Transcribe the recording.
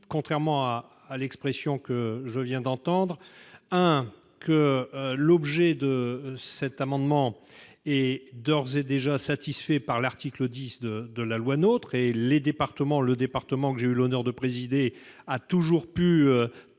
témoigner à rebours de ce que je viens d'entendre. Tout d'abord, cet amendement est d'ores et déjà satisfait par l'article 10 de la loi NOTRe. Le département que j'ai eu l'honneur de présider a toujours pu